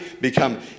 become